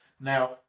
Now